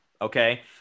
Okay